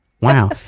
Wow